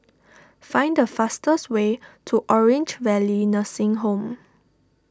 find the fastest way to Orange Valley Nursing Home